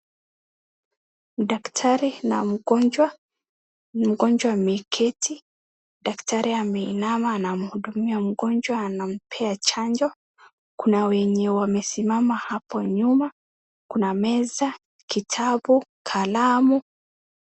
Daktari na mgonjwa, mgonjwa ameketi, daktari ameinama anamhudumia mgonjwa anampea chanjo, kuna wenye wamesimama hapo nyuma, kuna meza, kitabu, kalamu.